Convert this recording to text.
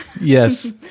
Yes